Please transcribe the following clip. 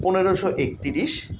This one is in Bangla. পনেরোশো একতিরিশ